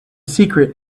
secret